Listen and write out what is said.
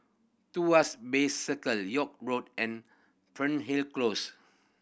Bay Circle York Road and Fernhill Close